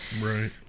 Right